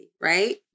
right